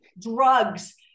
drugs